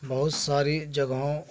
بہت ساری جگہوں